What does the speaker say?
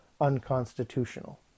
unconstitutional